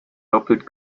doppelt